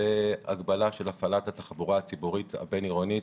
והגבלה של הפעלת התחבורה הציבורית הבין-עירונית